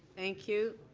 thank you.